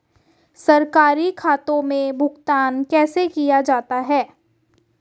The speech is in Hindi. सरकारी खातों में भुगतान कैसे किया जाता है?